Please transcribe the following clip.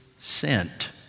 sent